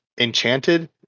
enchanted